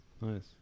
Nice